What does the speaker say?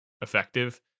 effective